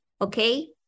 okay